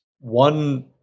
one